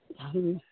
हूँ